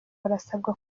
barasabwa